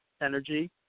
energy